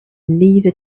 neither